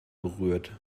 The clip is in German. berührt